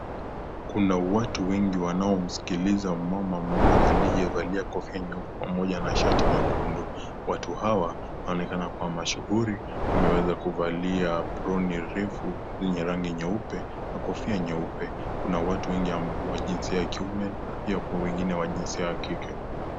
Kuna watu wengi wanaomsikiliza mama mmoja aliyevalia kofia nyeupe pamoja na shati nyekundu. Watu hawa wanaonekana kuwa mashuhuri, wameweza kuvalia aproni refu yenye rangi nyeupe na kofia nyeupe. Kuna watu wengi, wa jinsia ya kiume na pia wengine wa jinsia ya kike.